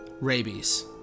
rabies